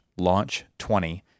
launch20